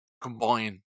combine